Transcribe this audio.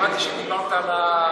שמעתי שדיברת על,